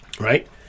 right